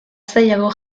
zailago